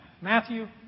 Matthew